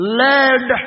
led